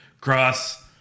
Cross